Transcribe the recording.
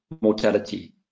mortality